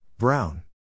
Brown